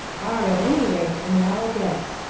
are, at any rate, analogous.